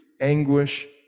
anguish